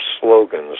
slogans